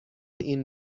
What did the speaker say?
این